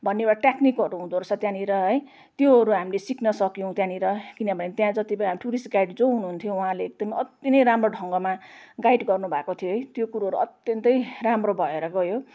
भन्ने एउटा टेक्निकहरू हुँदौरहेछ त्यहाँनिर है त्योहरू हामीले सिक्न सक्यौँ त्यहाँनिर किनभने त्यहाँ जति पनि हाम्रो टुरिस्ट गाइड जो हुनुहुन्थ्यो उहाँले एकदम अति नै राम्रो ढङ्गमा गाइड गर्नुभएको थियो है त्यो कुरोहरू अत्यन्तै राम्रो भएर गयो